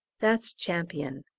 that's champion.